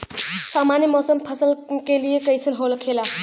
सामान्य मौसम फसल के लिए कईसन होखेला?